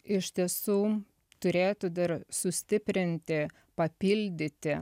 iš tiesų turėtų dar sustiprinti papildyti